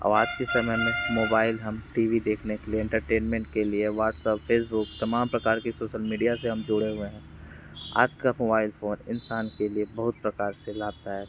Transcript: अब आज की समय में मोबाइल हम टी वी देखने के लिए इन्टरटेनमेंट के लिए वाटसप फेसबुक तमाम प्रकार की सोसल मीडिया से हम जुड़े हुए हैं आज का मोबाइल फ़ोन इंसान के लिए बहुत प्रकार से लाभदायक है